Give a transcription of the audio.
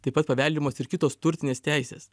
taip pat paveldimos ir kitos turtinės teisės